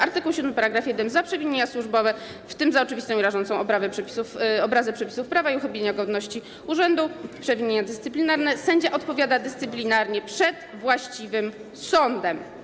Art. 107 § 1: Za przewinienia służbowe, w tym za oczywistą i rażącą obrazę przepisów prawa i uchybienia godności urzędu, przewinienia dyscyplinarne, sędzia odpowiada dyscyplinarnie przed właściwym sądem.